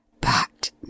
But